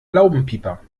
laubenpieper